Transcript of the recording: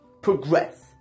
progress